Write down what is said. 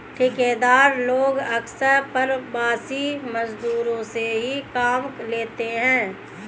ठेकेदार लोग अक्सर प्रवासी मजदूरों से ही काम लेते हैं